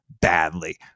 badly